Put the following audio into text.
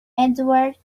edward